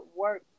work